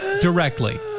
Directly